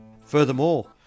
Furthermore